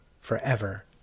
forever